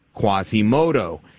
Quasimodo